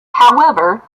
however